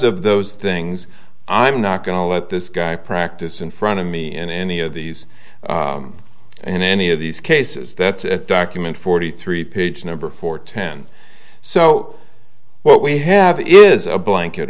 of the as things i'm not going to let this guy practice in front of me in any of these in any of these cases that's a document forty three page number for ten so what we have is a blanket